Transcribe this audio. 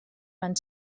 van